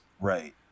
Right